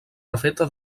refeta